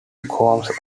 homes